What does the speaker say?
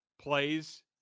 plays